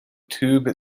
tube